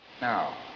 Now